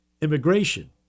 Immigration